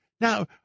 Now